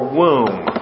womb